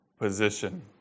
position